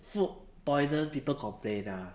food poison people complain lah